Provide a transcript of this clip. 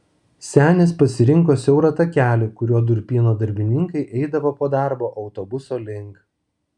senis pasirinko siaurą takelį kuriuo durpyno darbininkai eidavo po darbo autobuso link